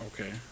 Okay